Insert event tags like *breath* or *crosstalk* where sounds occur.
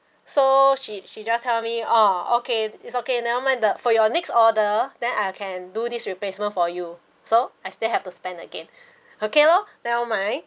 so she she just tell me ah okay it's okay never mind the for your next order then I can do this replacement for you so I still have to spend again *breath* okay lor never mind